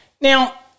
Now